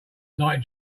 like